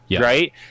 Right